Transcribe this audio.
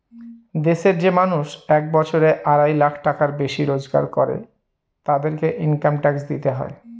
দেশের যে মানুষ এক বছরে আড়াই লাখ টাকার বেশি রোজগার করে, তাদেরকে ইনকাম ট্যাক্স দিতে হয়